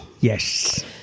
Yes